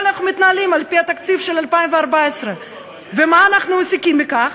אבל אנחנו מתנהלים על-פי התקציב של 2014. ומה אנחנו מסיקים מכך?